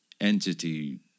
entity